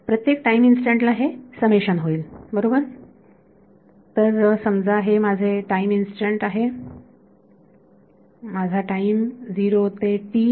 प्रत्येक time instant ला हे समेशन होईल बरोबर तर समजा हे आहे माझे टाईम इंस्टंट आहे माझा टाईम 0 ते t